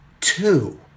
two